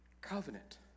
covenant